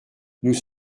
nous